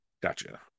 gotcha